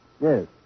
Yes